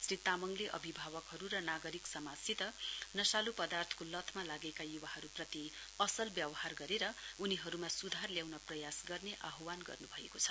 श्री तामङले अभिभावकहरु र नागरिक समाजसित नशालु पदार्थको लतमा लागेका युवाहरुप्रति असल व्यवहार गरे र उनीहरुमा सुधार ल्याउन प्रयास गर्ने आह्वान गर्नुभएको छ